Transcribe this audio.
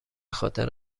خاطر